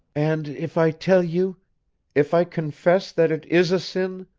and if i tell you if i confess that it is a sin,